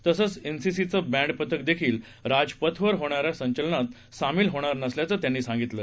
तसंच N C C चं बद्दपथक देखील राजपथावर होणाऱ्या संचलनात सामील होणार नसल्याचं त्यांनी सांगितलं